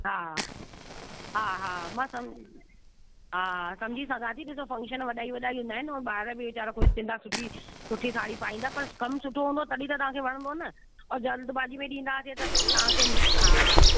हा हा हा हा मां सम हा हा सम्झी सघां थी ॾिसो फ़क्शन वॾा ई वॾा ई हूंदा आहिनि ऐं ॿार बि वीचारा ख़ुशि थींदा सुठी सुठी साड़ी पाईंदा पर कम सुठो हूंदो तॾहिं त तव्हांखे वणंदो न और जल्दबाजी में ॾींदासीं त तव्हांखे हा